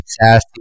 sassy